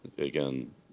Again